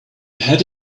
had